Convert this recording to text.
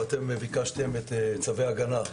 ואתם ביקשתם את צווי ההגנה.